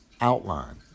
Outline